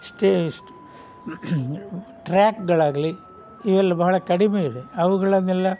ಇಷ್ಟೇ ಇಷ್ಟು ಟ್ರ್ಯಾಕ್ಗಳಾಗಲಿ ಇವೆಲ್ಲ ಬಹಳ ಕಡಿಮೆಯಿದೆ ಅವುಗಳನ್ನೆಲ್ಲ